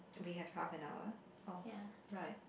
we have half an hour orh right